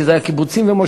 כי זה היה קיבוצים ומושבים.